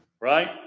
right